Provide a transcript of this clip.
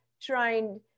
trying